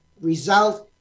result